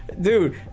dude